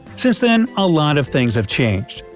since then a lot of things have changed.